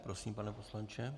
Prosím, pane poslanče.